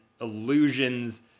illusions